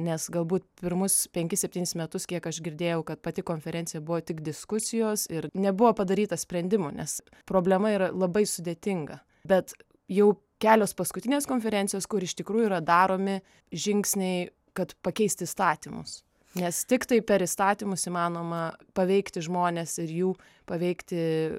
nes galbūt pirmus penkis septynis metus kiek aš girdėjau kad pati konferencija buvo tik diskusijos ir nebuvo padaryta sprendimų nes problema yra labai sudėtinga bet jau kelios paskutinės konferencijos kur iš tikrųjų yra daromi žingsniai kad pakeist įstatymus nes tiktai per įstatymus įmanoma paveikti žmones ir jų paveikti